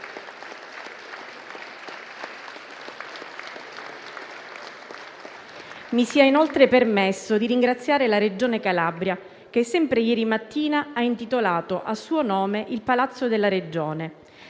Mi sia inoltre permesso di ringraziare la Regione Calabria, che sempre ieri mattina ha intitolato a suo nome il palazzo della Regione: